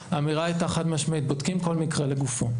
האמירה הייתה חד משמעית: בודקים כל מקרה לגופו.